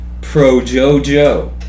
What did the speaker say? pro-JoJo